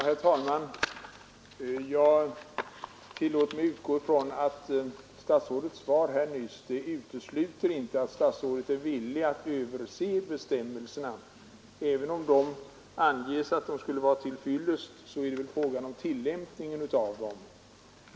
Herr talman! Jag tillåter mig utgå ifrån att statsrådets svar nyss inte utesluter att statsrådet är beredd att låta se över bestämmelserna. Även om de skulle vara till fyllest är det fråga om tillämpningen av dem.